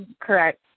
correct